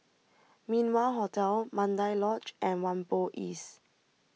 Min Wah Hotel Mandai Lodge and Whampoa East